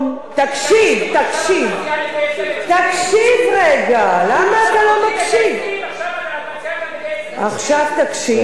כבוד היושב-ראש, חברי וחברותי חברי הכנסת,